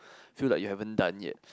feel like you haven't done yet